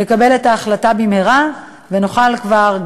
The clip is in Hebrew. יקבל את ההחלטה במהרה ונוכל כבר,